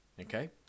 Okay